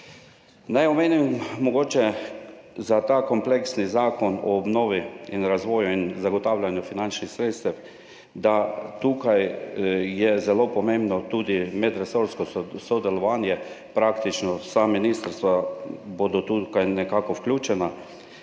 Naj omenim mogoče za ta kompleksni Zakon o obnovi, razvoju in zagotavljanju finančnih sredstev, da je tukaj zelo pomembno tudi medresorsko sodelovanje, praktično vsa ministrstva bodo tukaj nekako vključena,